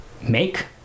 make